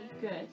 good